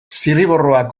zirriborroak